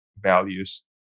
values